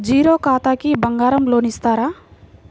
Zero ఖాతాకి బంగారం loan ఇస్తారా?